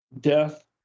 death